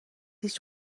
هیچ